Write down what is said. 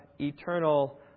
eternal